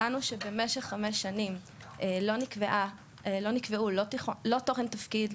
מצאנו שבמשך חמש שנים לא נקבעו תוכן תפקיד,